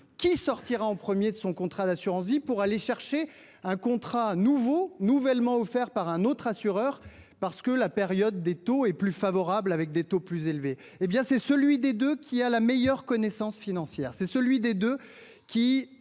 qui sortira en premier de son contrat d'assurance vie pour aller chercher un contrat nouveau nouvellement offert par un autre assureur, parce que la période des taux est plus favorable avec des taux plus élevés, hé bien c'est celui des 2 qui a la meilleure connaissance financière c'est celui des 2 qui